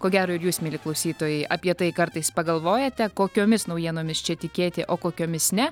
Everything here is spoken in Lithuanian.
ko gero ir jūs mieli klausytojai apie tai kartais pagalvojate kokiomis naujienomis čia tikėti o kokiomis ne